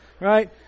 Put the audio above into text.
Right